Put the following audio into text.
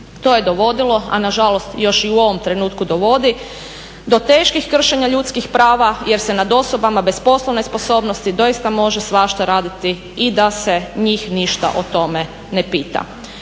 To je dovodilo a nažalost još i u ovom trenutku dovodi do teških kršenja ljudskih prava jer se nad osobama bez poslovne sposobnosti doista ože svašta raditi i da se njih ništa o tome ne pita.